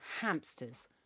hamsters